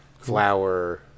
flour